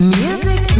music